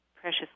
precious